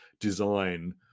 design